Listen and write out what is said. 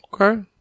Okay